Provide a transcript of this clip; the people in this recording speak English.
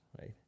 right